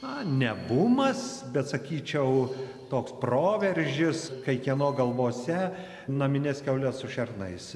na ne bumas bet sakyčiau toks proveržis kai kieno galvose namines kiaules su šernais